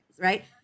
right